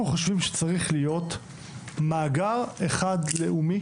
אנחנו חושבים שצריך להיות מאגר אחד לאומי